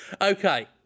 Okay